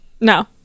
No